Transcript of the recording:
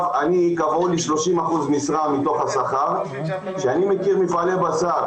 קבעו לי 30 אחוזים משרה מתוך השכר ואני מכיר מפעלי בשר